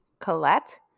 Colette